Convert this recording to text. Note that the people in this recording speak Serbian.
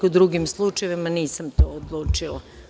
U drugim slučajevima nisam to odlučila.